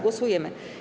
Głosujemy.